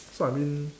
so I mean